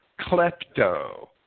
klepto